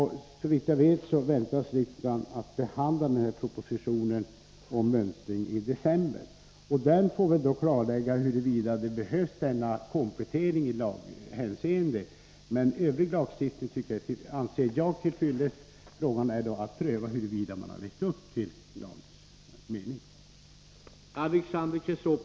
Såvitt jag vet väntas riksdagen i december behandla propositionen om mönstring av sjömän. Där får väl då klarläggas huruvida denna komplettering i laghänseende behövs. Övrig lagstiftning anser jag till fyllest. Sedan får man pröva huruvida rederiet har levt upp till lagens mening.